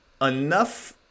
enough